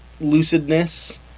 lucidness